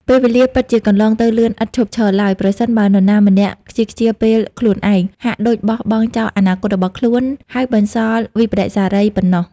ពេលវេលា ពិតជាកន្លងទៅលឿនឥតឈប់ឈរឡើយ ប្រសិនបើនរណាម្នាក់ខ្ជីខ្ជាពេលខ្លួនឯង ហាក់ដូចបោះបង់ចោលអនាគតរបស់ខ្លួន ហើយបន្សល់វិប្បដិសារីប៉ុណ្ណោះ។